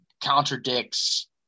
contradicts